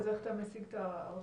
איך אתה מציג את ההרתעה?